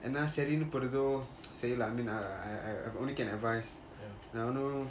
என்ன செறினு படுதோ அது செய்யலாம்:enna serinu padutho athu seiyalam I I I only can advise நான் ஒன்னும்:naan onum